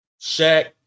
Shaq